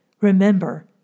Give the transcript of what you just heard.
remember